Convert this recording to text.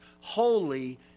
holy